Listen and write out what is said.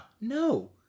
no